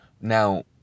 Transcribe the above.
now